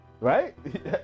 right